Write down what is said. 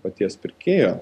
paties pirkėjo